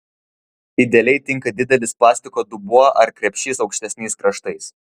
idealiai tinka didelis plastiko dubuo ar krepšys aukštesniais kraštais